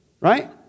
Right